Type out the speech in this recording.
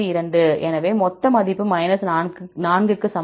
எனவே மொத்த மதிப்பு 4 க்கு சமம்